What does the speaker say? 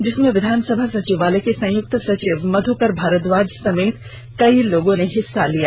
जिसमें विधानसभा सचिवालय के संयुक्त सचिव मध्यकर भारद्वाज समेत कई लोगों ने भाग लिया